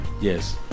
yes